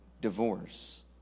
divorce